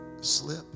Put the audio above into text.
slip